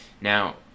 now